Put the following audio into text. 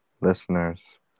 Listeners